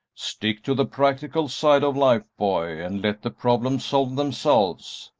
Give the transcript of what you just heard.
stick to the practical side of life, boy, and let the problems solve themselves.